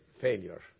failure